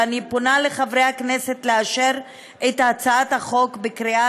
ואני פונה אל חברי הכנסת לאשר את הצעת החוק בקריאה